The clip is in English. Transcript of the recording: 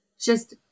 just-